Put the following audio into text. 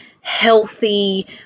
healthy